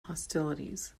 hostilities